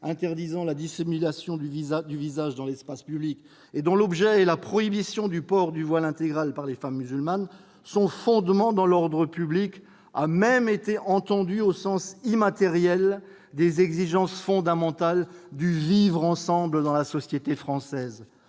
interdisant la dissimulation du visage dans l'espace public, dont l'objet est la prohibition du port du voile intégral par les femmes musulmanes, son fondement dans l'ordre public a même été entendu au sens immatériel des exigences fondamentales du « vivre ensemble » dans la société française.